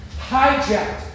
Hijacked